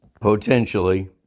potentially